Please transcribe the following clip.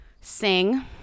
sing